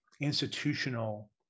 institutional